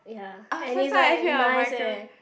first time I hear a microwave